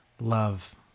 Love